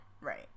Right